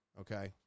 okay